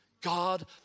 God